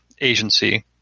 agency